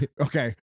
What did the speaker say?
okay